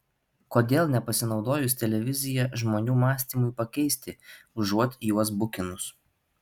kodėl nepasinaudojus televizija žmonių mąstymui pakeisti užuot juos bukinus